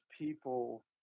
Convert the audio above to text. people